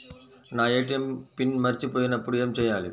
నా ATM PIN మరచిపోయినప్పుడు ఏమి చేయాలి?